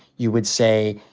you would say,